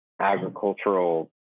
agricultural